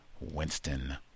Winston